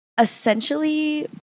essentially